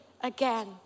again